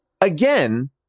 again